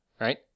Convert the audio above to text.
right